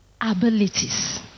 abilities